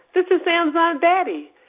this is sam's aunt betty.